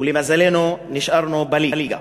ולמזלנו נשארנו בליגה.